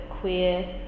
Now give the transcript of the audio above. queer